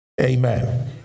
Amen